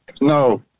no